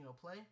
play